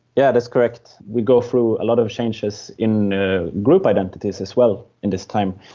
yeah that's correct. we go through a lot of changes in ah group identities as well in this time.